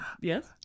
Yes